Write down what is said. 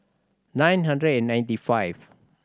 nine hundred and ninety five